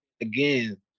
Again